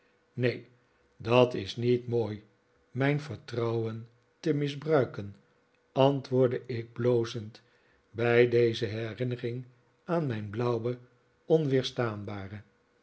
neen dat is niet mooi mijn vertrouwen te misbruiken antwoordde ik blozend bij deze herinnering aan mijn blauwe onweerstaanbare